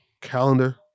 calendar